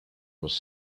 was